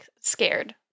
scared